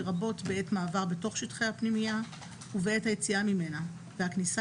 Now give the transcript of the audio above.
לרבות בעת מעבר בתוך שטחי הפנימייה ובעת היציאה ממנה והכניסה